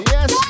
Yes